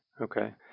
Okay